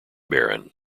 baron